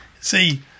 See